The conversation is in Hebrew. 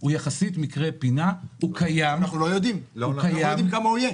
אנחנו לא יודעים כמה הוא יהיה.